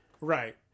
Right